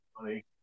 money